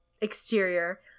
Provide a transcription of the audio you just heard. exterior